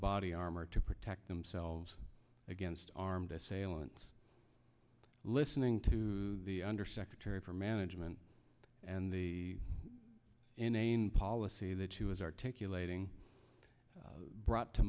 body armor to protect themselves against armed assailants listening to the undersecretary for management and the inane policy that she was articulating brought to